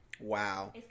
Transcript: Wow